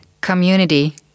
Community